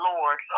Lord